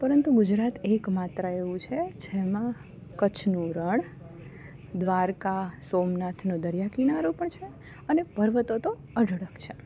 પરંતુ ગુજરાત એક માત્ર એવું છે જેમાં કચ્છનું રણ દ્વારકા સોમનાથનો દરિયાકિનારો પણ છે અને પર્વતો તો અઢળક છે